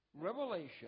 Revelation